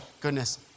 goodness